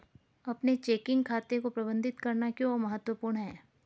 अपने चेकिंग खाते को प्रबंधित करना क्यों महत्वपूर्ण है?